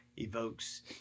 evokes